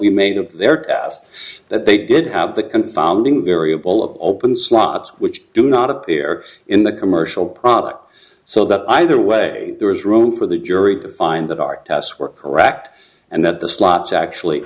we made of their past that they did have the confounding variable of open slots which do not appear in the commercial product so that either way there is room for the jury to find that our tests were correct and that the slots actually